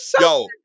Yo